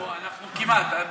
כמעט.